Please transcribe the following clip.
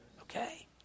Okay